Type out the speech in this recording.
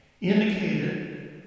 indicated